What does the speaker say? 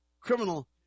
criminal